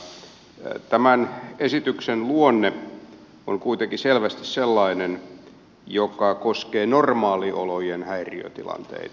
tämän esityksen luonne on kuitenkin selvästi sellainen että se koskee normaaliolojen häiriötilanteita